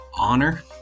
Honor